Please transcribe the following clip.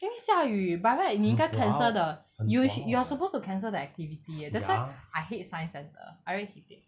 因为下雨 by right 你应该 cancel the you shou~ you are supposed to cancel the activity eh that's why I hate science centre I really hate it